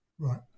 Right